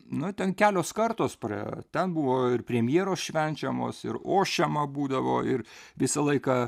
nu ten kelios kartos praėjo ten buvo ir premjeros švenčiamos ir ošiama būdavo ir visą laiką